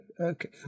Okay